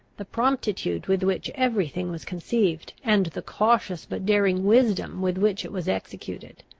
the promptitude with which every thing was conceived, and the cautious but daring wisdom with which it was executed.